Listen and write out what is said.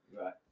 right